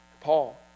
Paul